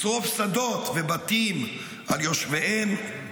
לשרוף שדות ובתים על יושביהם,